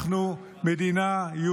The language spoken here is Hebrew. מה אתה אומר, זאת בדיחת השנה.